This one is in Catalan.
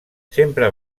sempre